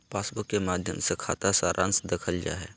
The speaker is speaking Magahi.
पासबुक के माध्मय से खाता सारांश देखल जा हय